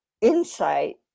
insight